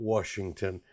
Washington